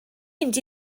mynd